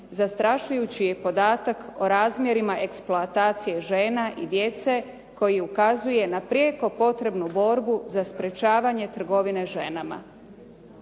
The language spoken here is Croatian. zastrašujući je podatak o razmjerima eksploatacije žena i djece koji ukazuje na prijeko potrebnu borbu za sprječavanje trgovine ženama.